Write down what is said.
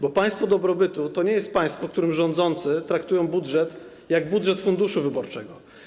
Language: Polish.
Bo państwo dobrobytu to nie jest państwo, w którym rządzący traktują budżet jak budżet funduszu wyborczego.